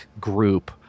group